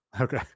Okay